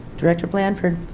director blanford